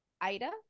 Ida